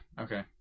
Okay